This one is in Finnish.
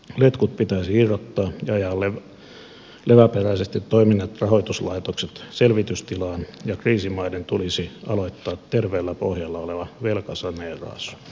letkut pitäisi irrottaa ja ajaa leväperäisesti toimineet rahoituslaitokset selvitystilaan ja kriisimaiden tulisi aloittaa terveellä pohjalla oleva velkasaneeraus